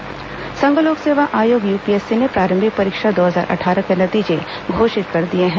UPSC परिणाम संघ लोक सेवा आयोग यूपीएससी ने प्रारंभिक परीक्षा दो हजार अट्ठारह के नतीजे घोषित कर दिए हैं